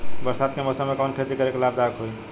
बरसात के मौसम में कवन खेती करे में लाभदायक होयी?